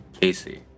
Casey